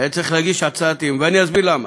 היה צריך להגיש הצעת אי-אמון, ואני אסביר למה.